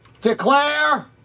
declare